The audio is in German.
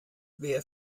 wer